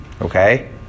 Okay